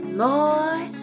more